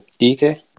DK